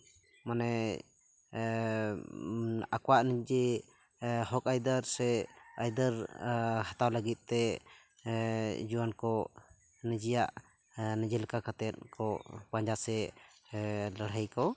ᱢᱟᱱᱮ ᱟᱠᱚᱣᱟᱜ ᱱᱤᱡᱮ ᱦᱚᱠ ᱟᱹᱭᱫᱟᱹᱨ ᱥᱮ ᱟᱹᱭᱫᱟᱹᱨ ᱦᱟᱛᱟᱣ ᱞᱟᱹᱜᱤᱫ ᱛᱮ ᱡᱩᱣᱟᱹᱱ ᱠᱚ ᱱᱤᱡᱮᱭᱟᱜ ᱱᱤᱡᱮ ᱞᱮᱠᱟ ᱠᱟᱛᱮᱫ ᱠᱚ ᱯᱟᱸᱡᱟ ᱥᱮ ᱞᱟᱹᱲᱦᱟᱹᱭ ᱠᱚ